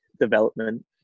development